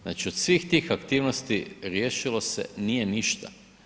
Znači, od svih tih aktivnosti riješilo se nije ništa.